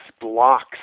blocks